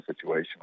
situation